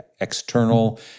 external